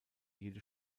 jede